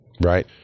right